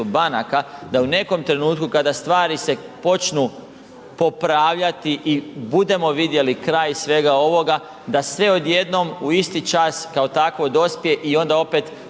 da u nekom trenutku kada stvari se počnu popravljati i budemo vidjeli kraj svega ovoga da sve odjednom u isti čas kao takvo dospije i onda opet